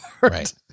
Right